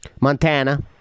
Montana